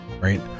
right